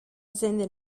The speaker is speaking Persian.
زنده